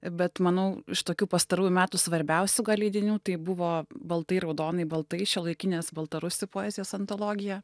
bet manau iš tokių pastarųjų metų svarbiausių gal leidinių tai buvo baltai raudonai baltai šiuolaikinės baltarusių poezijos antologija